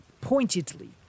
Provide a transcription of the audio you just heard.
pointedly